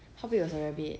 how big was the rabbit